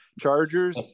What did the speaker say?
Chargers